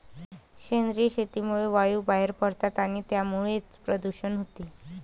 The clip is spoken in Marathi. सेंद्रिय शेतीमुळे वायू बाहेर पडतात आणि त्यामुळेच प्रदूषण होते